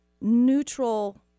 neutral